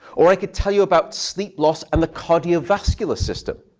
or i could tell you about sleep loss and the cardiovascular system,